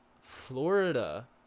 florida